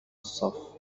الصف